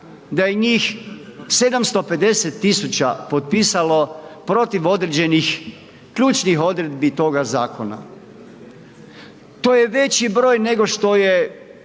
da je njih 750 000 potpisalo protiv određenih ključnih odredbi toga zakona. To je veći broj nego što je